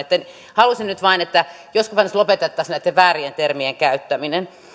halusin nyt vain että jospa nyt lopetettaisiin näitten väärien termien käyttäminen se